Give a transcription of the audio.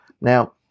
Now